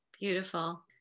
Beautiful